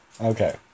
Okay